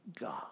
God